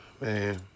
man